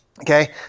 Okay